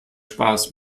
spaß